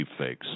deepfakes